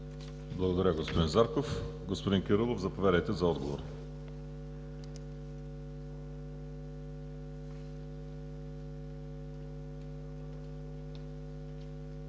Благодаря, господин Зарков. Господин Кирилов, заповядайте за отговор.